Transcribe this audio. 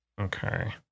Okay